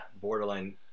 Borderline